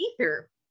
ether